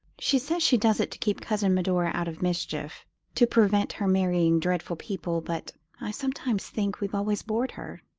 she says she does it to keep cousin medora out of mischief to prevent her marrying dreadful people. but i sometimes think we've always bored her.